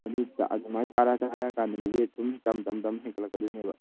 ꯑꯗꯨ ꯑꯗꯨꯃꯥꯏ ꯆꯥꯔ ꯆꯥꯔꯛꯑꯀꯥꯟꯗꯅꯦ ꯋꯦꯠ ꯁꯨꯝ ꯇꯝ ꯇꯝ ꯇꯝ ꯍꯦꯟꯒꯠꯂꯛꯀꯗꯣꯏꯅꯦꯕ